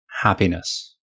happiness